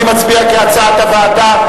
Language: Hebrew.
אני מצביע כהצעת הוועדה.